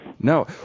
No